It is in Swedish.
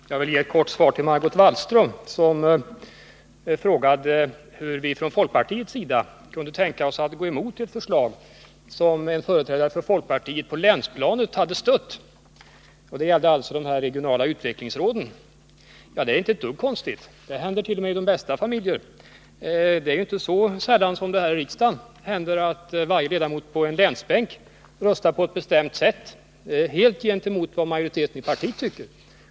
Herr talman! Jag vill ge ett kort svar till Margot Wallström, som frågade hur vi från folkpartiets sida kan tänka oss att gå emot ett förslag som företrädare för folkpartiet på länsplanet har stött. Det gäller alltså frågan om de regionala utvecklingsråden. Det är inte ett dugg konstigt — det händer t.o.m. i de bästa familjer. Det är inte sällan samtliga ledamöter på en viss länsbänk röstar på ett visst sätt, helt emot vad majoriteten inom resp. parti tycker.